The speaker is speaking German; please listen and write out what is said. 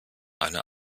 eine